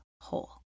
whole